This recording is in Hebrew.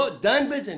לא דן בזה.